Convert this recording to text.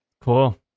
Cool